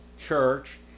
church